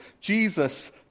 Jesus